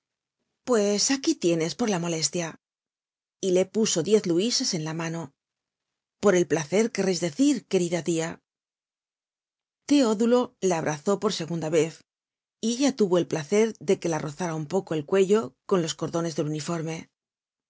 pues aquí tienes por la molestia y le puso diez luises en la mano por el placer querreis decir querida tia teodulo la abrazó por segunda vez y ella tuvo el placer de que la rozara un poco el cuello con los cordones del uniforme